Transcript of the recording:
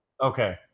Okay